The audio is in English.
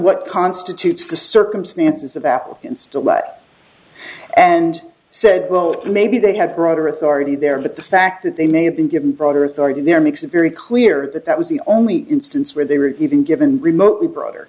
what constitutes the circumstances of applicants to and said well maybe they had broader authority there but the fact that they may have been given broader authority there makes it very clear that that was the only instance where they were even given remotely broader